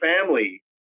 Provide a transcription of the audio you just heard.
family